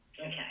Okay